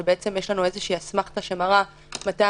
שם יש לנו איזושהי אסמכתה שמראה ממתי